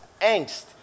angst